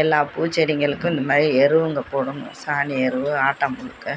எல்லாம் பூ செடிகளுக்கும் இந்த மாதிரி எருவுங்க போடணும் சாணி எருவு ஆட்டாம் புழுக்கை